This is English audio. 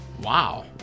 wow